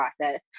process